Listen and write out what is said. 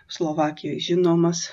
slovakijoj žinomas